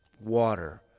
water